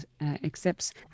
accepts